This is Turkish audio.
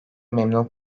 memnun